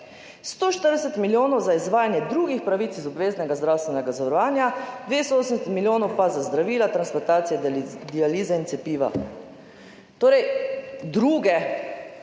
140 milijonov za izvajanje drugih pravic iz obveznega zdravstvenega zavarovanja, 280 milijonov pa za zdravila, transplantacije, dialize in cepiva. Torej druge